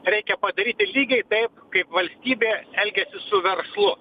reikia padaryti lygiai taip kaip valstybė elgiasi su verslu